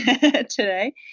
today